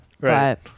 Right